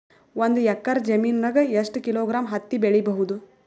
ಒಂದ್ ಎಕ್ಕರ ಜಮೀನಗ ಎಷ್ಟು ಕಿಲೋಗ್ರಾಂ ಹತ್ತಿ ಬೆಳಿ ಬಹುದು?